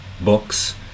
books